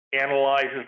analyzes